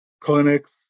clinics